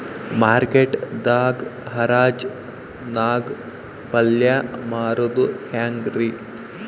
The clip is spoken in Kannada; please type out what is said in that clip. ಮಾರ್ಕೆಟ್ ದಾಗ್ ಹರಾಜ್ ನಾಗ್ ಪಲ್ಯ ಮಾರುದು ಹ್ಯಾಂಗ್ ರಿ?